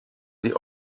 sie